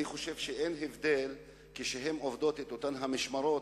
אני חושב שאין הבדל כשהן עובדות את אותן המשמרות,